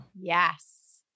yes